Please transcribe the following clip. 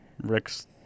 Rick's